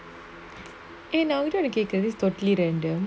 eh no I wanted to tell you okay that's totally random